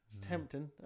Tempting